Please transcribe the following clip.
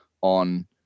on